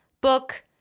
book